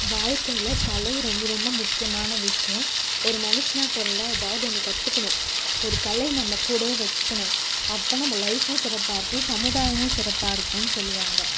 வாழ்க்கையில் கலை ரொம்ப ரொம்ப முக்கியமான விஷயம் ஒரு மனுஷனாக பிறந்தா ஏதாவது ஒன்று கற்றுக்கணும் ஒரு கலை நம்ம கூடவே வச்சுக்கணும் அப்போ நம்ம லைப்பும் சிறப்பாக இருக்கும் சமுதாயமும் சிறப்பாக இருக்குன்னு சொல்வாங்க